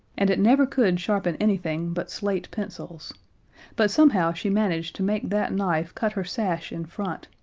and it never could sharpen anything but slate-pencils but somehow she managed to make that knife cut her sash in front,